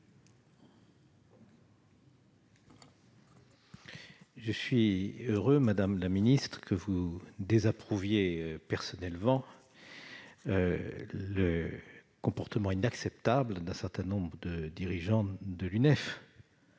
Je suis heureux, madame la ministre, que vous désapprouviez personnellement le comportement inacceptable d'un certain nombre de dirigeants de l'UNEF,